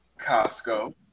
Costco